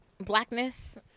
Blackness